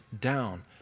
down